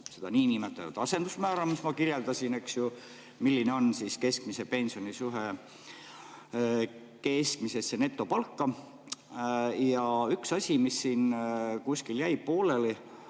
seda niinimetatud asendusmäära, mida ma kirjeldasin, et milline on keskmise pensioni suhe keskmisesse netopalka? Ja üks asi on kuskil jäänud pooleli: